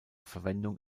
verwendung